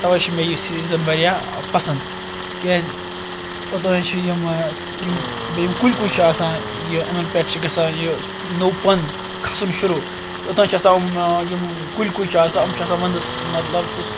تَوَے چھ مےٚ یہِ سیٖزَن واریاہ پَسَنٛد کیاز اوٚتانۍ چھِ یِم یِم بیٚیہِ یِم کُلۍ کٔٹۍ چھِ آسان یہِ یِمن پیٚٹھ چھِ گژھان یہِ نوٚو پَن کھَسُن شُروٗع اوٚتانۍ چھِ آسان یِم کُلۍ کُج چھِ آسان یِم چھِ آسان وَندَس مَطلَب